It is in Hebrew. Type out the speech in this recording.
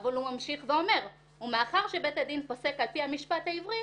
אבל הוא ממשיך ואומר: "ומאחר שבית הדין פוסק על פי המשפט העברי